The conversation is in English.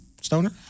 stoner